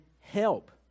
help